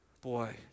Boy